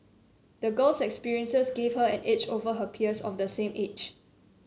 the girl's experiences gave her an edge over her peers of the same age